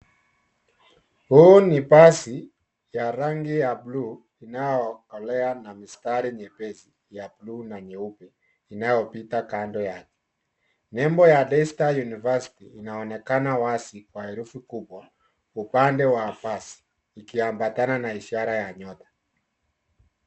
Huu ni basi ya rangi ya bluu inayo kolea na mistari nyepesi ya bluu na nyeupe inayo pita kando yake. Nembo ya[cs ] Day star University [cs ] inaonekana wazi kwa herufi kubwa upande wa basi ikiambatana na ishara ya nyota.